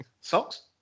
Socks